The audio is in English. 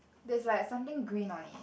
that's like something green on it